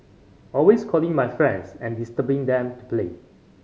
always calling my friends and disturbing them to play